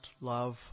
love